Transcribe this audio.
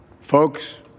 Folks